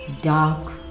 dark